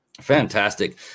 Fantastic